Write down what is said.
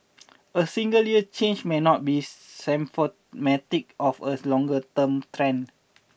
a single year's change may not be symptomatic of a longer term trend